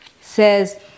says